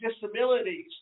disabilities